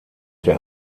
der